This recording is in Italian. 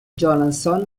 johansson